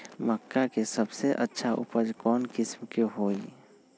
मक्का के सबसे अच्छा उपज कौन किस्म के होअ ह?